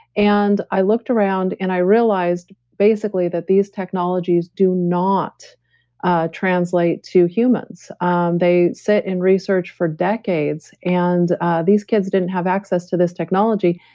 and i looked around and i realized basically that these technologies do not translate to humans. um they sit in research for decades and these kids didn't have access to this technology.